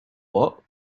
what